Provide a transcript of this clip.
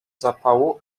zapału